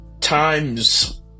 times